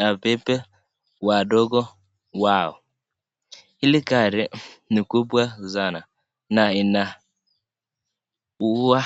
wabebe wadogo wao. Hili gari ni kubwa sana na ina ua..